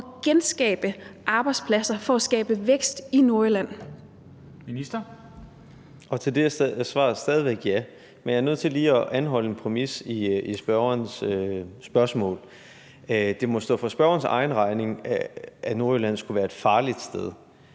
Ministeren. Kl. 17:41 Erhvervsministeren (Simon Kollerup): Også til det er svaret stadig væk ja. Men jeg er nødt til lige at anholde en præmis i spørgerens spørgsmål. Det må stå for spørgerens egen regning, at Nordjylland skulle være et farligt sted.